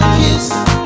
kiss